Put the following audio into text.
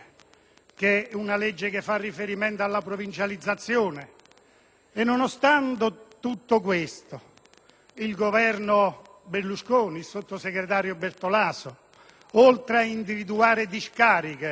propria legge, che fa riferimento alla provincializzazione. Nonostante ciò, il Governo Berlusconi e il sottosegretario Bertolaso, oltre a individuare discariche